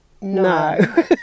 No